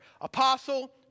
Apostle